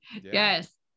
Yes